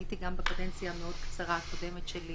הייתי גם בקדנציה המאוד קצרה הקודמת שלי